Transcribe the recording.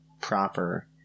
proper